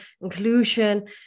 inclusion